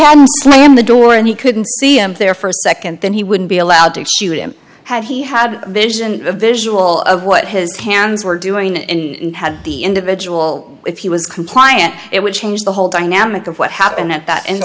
slammed the door and he couldn't see i'm there for a second then he wouldn't be allowed to shoot him had he had a vision a visual of what his hands were doing and had the individual if he was compliant it would change the whole dynamic of what happened at that and